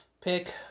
pick